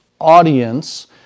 audience